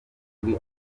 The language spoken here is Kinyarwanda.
kuri